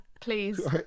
please